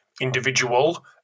individual